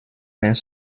met